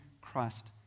Christ